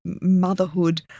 motherhood